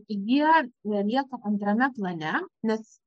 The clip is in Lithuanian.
jie lieka antrame plane nes